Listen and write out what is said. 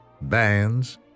bands